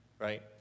Right